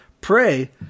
Pray